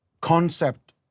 concept